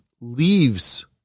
leaves